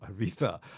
Aretha